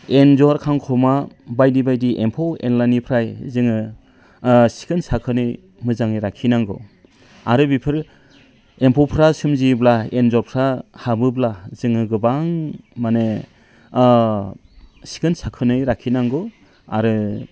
एन्जर खांखमा बायदि बायदि एम्फौ एनलाफोरनिफ्राय जोङो सिखोन साखोनै मोजाङै लाखिनांगौ आरो बेफोरो एम्फौफ्रा सोमजियोब्ला एन्जरफ्रा हाबोब्ला जोङो गोबां माने सिखोन साखोनै लाखिनांगौ आरो